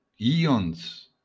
eons